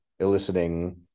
eliciting